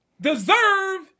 deserve